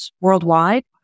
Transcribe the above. worldwide